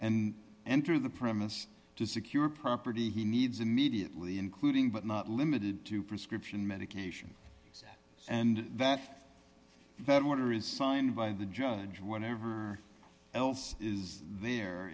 and enter the premises to secure property he needs immediately including but not limited to prescription medication and that order is signed by the judge whatever else is there